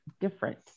different